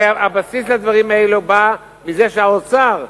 הרי הבסיס לדברים האלה בא מזה שהאוצר,